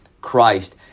Christ